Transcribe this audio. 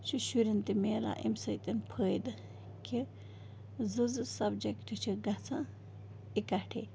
چھُ شُرٮ۪ن تہِ میلان اَمۍ سۭتۍ فٲیدٕ کہِ زٕ زٕ سَبجَکٹ چھِکھ گژھان اِکَٹھے